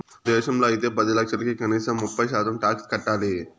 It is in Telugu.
మన దేశంలో అయితే పది లక్షలకి కనీసం ముప్పై శాతం టాక్స్ కట్టాలి